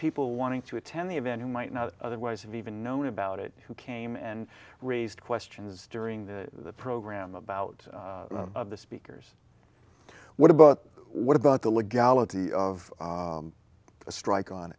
people wanting to attend the event who might not otherwise have even known about it who came and raised questions during the program about the speakers what about what about the legality of the strike on